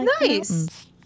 nice